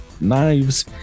knives